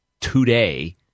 today